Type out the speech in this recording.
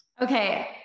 okay